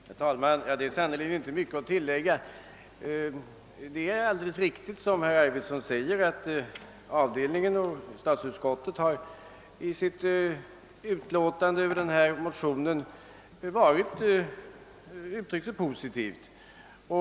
Herr talman! Det är sannerligen inte mycket att tillägga. Som herr Arvidson säger, har statsutskottet och dess andra avdelning i sitt utlåtande över denna motion uttryckt sig positivt.